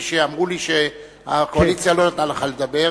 שאמרו לי שהקואליציה לא נתנה לך לדבר,